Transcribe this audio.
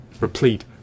replete